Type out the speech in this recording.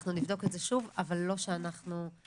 אנחנו נבדוק את זה שוב, אבל לא שאנחנו יודעים.